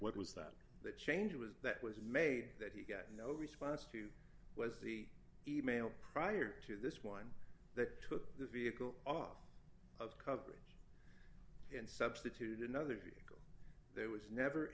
was that the change was that was made that he got no response to was the e mail prior to this one that took the vehicle off of coverage and substitute another vehicle there was never